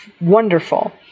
wonderful